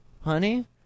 honey